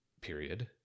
period